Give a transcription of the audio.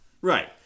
Right